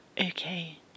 Okay